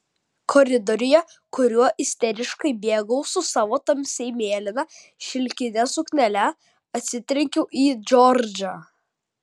koridoriuje kuriuo isteriškai bėgau su savo tamsiai mėlyna šilkine suknele atsitrenkiau į džordžą